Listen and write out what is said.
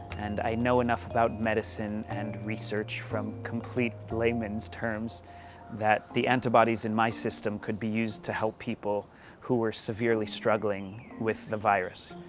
and i know enough about medicine and research from complete layman's terms that the antibodies in my system could be used to help people who are severely struggling with the virus.